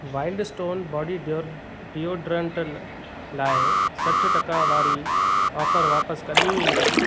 wild Stone body deodorant लाइ सठि टका वारी ऑफर वापसि कॾहिं ईंदी